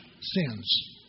sins